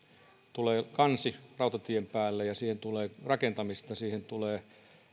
tulee kansi rautatien päälle ja siihen tulee rakentamista siihen tulee